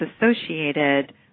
associated